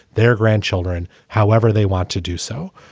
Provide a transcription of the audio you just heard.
their grandchildren. however, they want to do so.